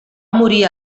morir